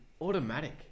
automatic